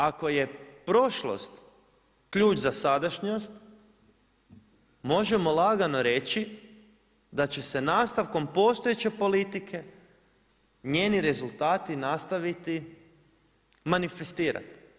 Ako je prošlost ključ za sadašnjost možemo lagano reći da će se nastavkom postojeće politike njeni rezultati nastaviti manifestirati.